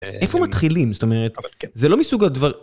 איפה מתחילים? זאת אומרת, זה לא מסוג הדבר...